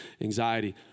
anxiety